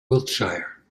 wiltshire